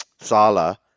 Salah